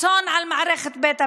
אסון למערכת בית המשפט,